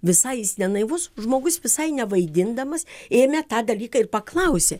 visai jis ne naivus žmogus visai nevaidindamas ėmė tą dalyką ir paklausė